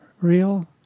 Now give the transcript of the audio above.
real